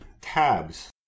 TABS